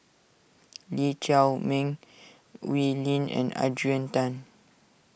Lee Chiaw Meng Wee Lin and Adrian Tan